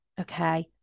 okay